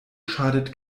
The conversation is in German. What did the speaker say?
schadet